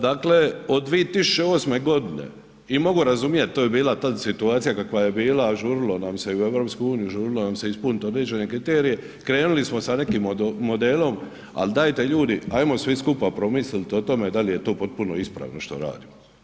Dakle od 2008. g. i mogu razumjet, to je bila tad situacija kakva je bila, žurilo nam se i u EU, žurilo nam se ispuniti određene kriterije, krenuli smo sa nekim modelom ali dajte ljudi, ajmo svi skupa promisliti o tome da li je to potpuno ispravno što radimo.